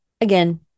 Again